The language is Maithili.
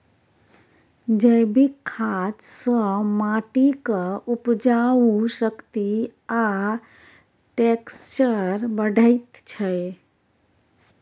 जैबिक खाद सँ माटिक उपजाउ शक्ति आ टैक्सचर बढ़ैत छै